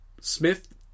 Smith